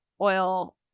oil